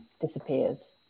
disappears